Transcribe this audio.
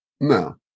No